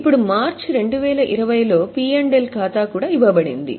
ఇప్పుడు మార్చి 2020 లో పి ఎల్ ఖాతా ఇవ్వబడింది